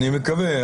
אני מקווה.